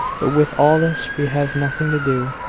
but with all this we have nothing to do.